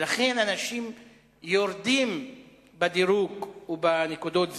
לכן, אנשים יורדים בדירוג ובנקודות הזיכוי,